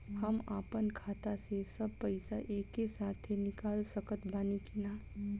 हम आपन खाता से सब पैसा एके साथे निकाल सकत बानी की ना?